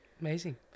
Amazing